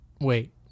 wait